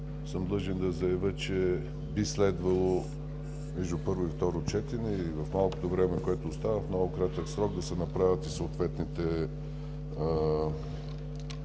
съм длъжен да заявя, че би следвало между първо и второ четене, или в малкото време, което остава, в много кратък срок да се направят и съответните